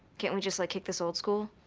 can't we just like kick this old school?